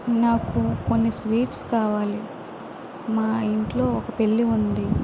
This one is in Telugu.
నాకు కొన్ని స్వీట్స్ కావాలి మా ఇంట్లో ఒక పెళ్ళి ఉంది